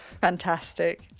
Fantastic